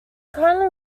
currently